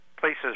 places